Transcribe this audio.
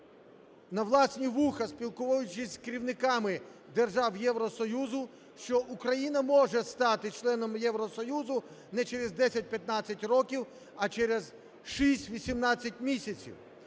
на власні вуха, спілкуючись з керівниками держав Євросоюзу, що Україна може стати членом Євросоюзу не через 10-15 років, а через 6-18 місяців.